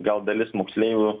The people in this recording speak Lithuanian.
gal dalis moksleivių